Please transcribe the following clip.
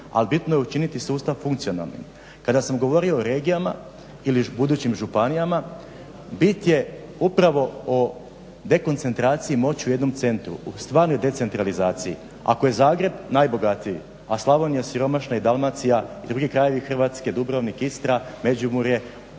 ali bitno je učiniti sustav funkcionalnim. Kada sam govorio o regijama ili budućim županijama, bit je upravo o dekoncentraciji moći u jednom centru, u stvarnoj decentralizaciji. Ako je Zagreb najbogatiji, a Slavonija siromašna i Dalmacija, drugi krajevi Hrvatske, Dubrovnik, Istra, Međimurje,